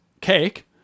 cake